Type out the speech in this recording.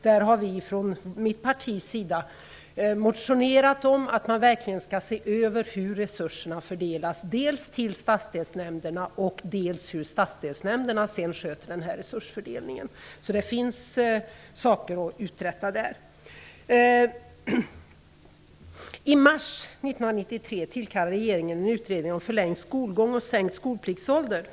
Vi har från mitt partis sida motionerat om en översyn av hur resurserna fördelas. Det gäller dels fördelningen till stadsdelsnämnderna, dels hur stadsdelsnämnderna sköter resursfördelningen. Det finns saker att uträtta på den punkten. I mars 1993 tillkallade regeringen en utredning om förlängd skolgång och sänkt skolpliktsålder.